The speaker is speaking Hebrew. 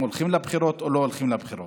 אם הולכים לבחירות או לא הולכים לבחירות.